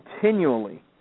continually